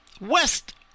west